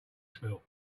spill